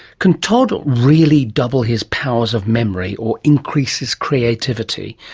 can todd really double his powers of memory or increase his creativity?